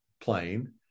plane